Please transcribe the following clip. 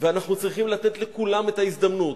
ואנחנו צריכים לתת לכולם את ההזדמנות,